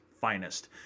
finest